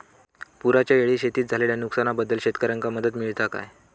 पुराच्यायेळी शेतीत झालेल्या नुकसनाबद्दल शेतकऱ्यांका मदत मिळता काय?